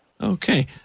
Okay